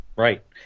Right